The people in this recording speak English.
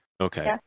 Okay